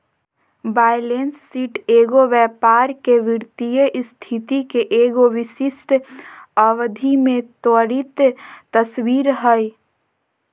balance sheet एगो व्यापार के वित्तीय स्थिति के एगो विशिष्ट अवधि में त्वरित तस्वीर हइ